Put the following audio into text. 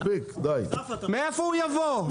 מאיפה הוא יבוא?